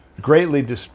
greatly